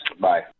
Bye